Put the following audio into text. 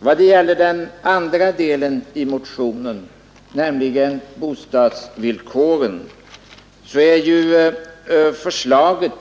Vad gäller den andra delen av motionen, nämligen bostadsvillkoren, är förslaget